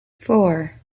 four